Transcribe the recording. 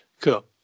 cool